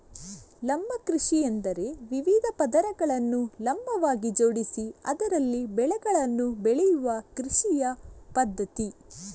ಲಂಬ ಕೃಷಿಯೆಂದರೆ ವಿವಿಧ ಪದರಗಳನ್ನು ಲಂಬವಾಗಿ ಜೋಡಿಸಿ ಅದರಲ್ಲಿ ಬೆಳೆಗಳನ್ನು ಬೆಳೆಯುವ ಕೃಷಿಯ ಪದ್ಧತಿ